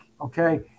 okay